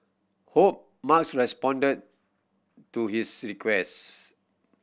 hope Musk responded to his request